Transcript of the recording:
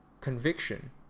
conviction